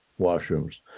washrooms